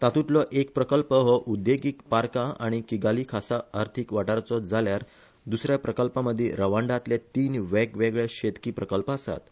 तातूतलो एक प्रकल्प हो उद्देदगीक पार्का आनी किगाली खासा अर्थिक वाठाराचो जाल्यार दुसऱ्या प्रकल्पामदी रवांडातले तीन वेगवेगळे शेतकी प्रकल्प आसात